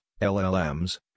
LLMs